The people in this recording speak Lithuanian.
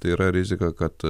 tai yra rizika kad